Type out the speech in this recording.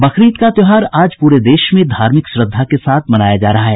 बकरीद का त्योहार आज पूरे देश में धार्मिक श्रद्वा के साथ मनाया जा रहा है